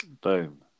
boom